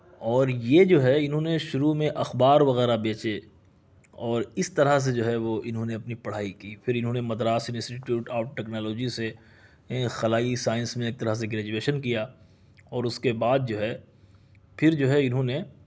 اور یہ جو ہے انہوں نے شروع میں اخبار وغیرہ بیچے اور اس طرح سے جو ہے وہ انہوں نے اپنی پڑھائی کی پھر انہوں نے مدراس انسٹیٹیوٹ آف ٹیکنالوجی سے خلائی سائنس میں ایک طرح سے گریجویشن کیا اور اس کے بعد جو ہے پھر جو ہے انہوں نے